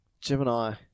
Gemini